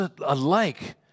alike